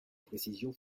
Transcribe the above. précisions